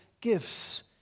gifts